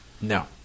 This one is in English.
No